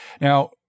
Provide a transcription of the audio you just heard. now